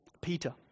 Peter